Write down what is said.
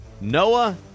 Noah